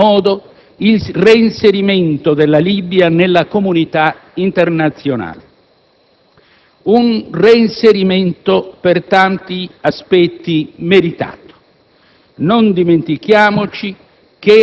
e per favorire, in ogni possibile modo, il reinserimento della Libia nella comunità internazionale. Un reinserimento per tanti aspetti meritato;